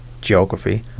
geography